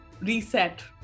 reset